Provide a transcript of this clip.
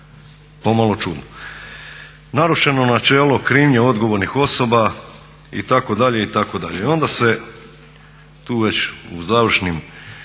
pomalo čudno. Narušeno načelo krivnje odgovornih osoba itd.